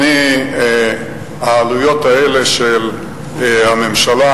העלויות האלה של הממשלה,